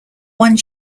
one